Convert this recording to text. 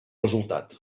resultat